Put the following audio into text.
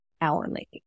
hourly